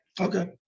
Okay